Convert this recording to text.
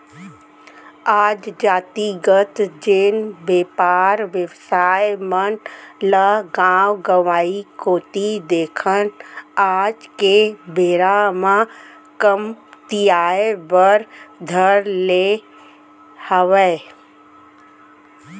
आज जातिगत जेन बेपार बेवसाय मन ल गाँव गंवाई कोती देखन आज के बेरा म कमतियाये बर धर ले हावय